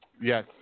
Yes